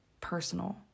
personal